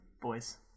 boys